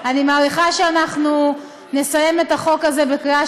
אני מעריכה שאנחנו נסיים את החוק הזה בקריאה